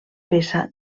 peça